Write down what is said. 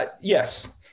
Yes